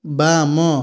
ବାମ